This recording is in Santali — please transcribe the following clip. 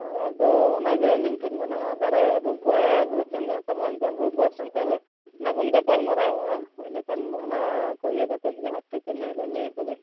ᱦᱳᱭ ᱟᱫᱚ ᱚᱱᱟᱜᱮ ᱟᱹᱞᱤᱧᱴᱷᱮᱱ ᱢᱮᱱᱟᱜᱼᱟ ᱫᱟᱨᱟᱭᱟᱜ ᱨᱳᱵᱽᱵᱟᱨ ᱡᱟᱦᱟᱸ ᱥᱟᱢᱟᱝᱠᱟᱱ ᱨᱳᱵᱽᱵᱟᱨ ᱥᱮᱫ ᱛᱟᱦᱚᱞᱮ ᱚᱱᱟ ᱵᱚᱱ ᱜᱟᱯᱟᱞᱢᱟᱨᱟᱣᱟᱜᱼᱟ ᱤᱱᱟᱹᱠᱷᱟᱱ ᱚᱱᱟᱠᱚ ᱤᱭᱟᱹ ᱠᱟᱛᱮᱫ ᱜᱮ ᱦᱟᱸᱜ ᱴᱷᱤᱠ ᱤᱱᱟᱹ ᱦᱤᱞᱳᱜ ᱞᱟᱹᱭᱟᱠᱚᱵᱮᱱ